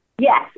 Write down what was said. Yes